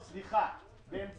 גם שם היה דגש חזק לכיוון התשתיות,